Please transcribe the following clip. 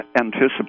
anticipate